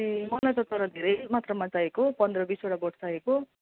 ए मलाई त तर धेरै मात्रामा चाहिएको पन्ध्र बिसवटा बोट चाहिएको